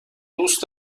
دوست